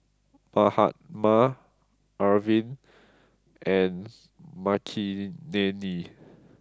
Mahatma Arvind and Makineni